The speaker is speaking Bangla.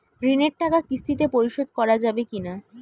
ঋণের টাকা কিস্তিতে পরিশোধ করা যাবে কি না?